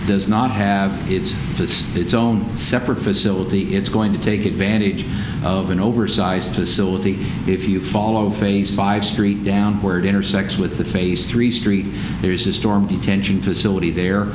does not have its its own separate facility it's going to take advantage of an oversized facility if you follow phase five street down where it intersects with the phase three street there's a storm detention facility there